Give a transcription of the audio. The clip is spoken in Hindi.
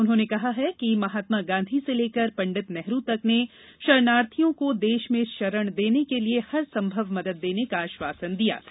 उन्होंने कहा है कि महात्मा गांधी से लेकर पंडित नेहरू तक ने षरणार्थियों को देष में षरण देने के लिये हर संभव मदद देने का आष्वासन दिया था